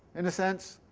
in a sense,